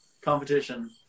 competition